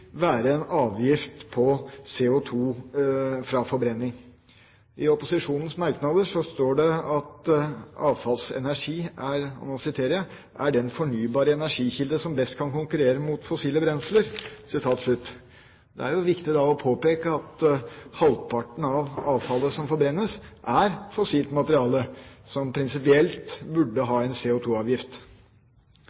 være en avgift på CO2 fra forbrenning. I opposisjonens merknader står det at «avfallsenergi er den fornybare energikilde som best kan konkurrere mot fossile brensler». Det er da viktig å påpeke at halvparten av avfallet som forbrennes, er fossilt materiale som prinsipielt burde